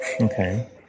Okay